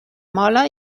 mola